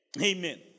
Amen